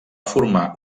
formar